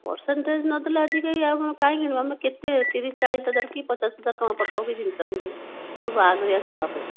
ହଁ ପର୍ସେନଟେଜ ନ ଦେଲେ ଆଜି କେହି ଆଉ କାହିଁକି ଆମେ କେତେ ତିରିଶ ଚାଳିଶ ହଜାର କି ପଚାଶ ହଜାର ଟଙ୍କା ପାଖା ପାଖି ଜିନିଷ କିଣିବୁ ସବୁ ବାହାଘରିଆ ଦେବା ପାଇଁ